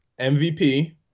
MVP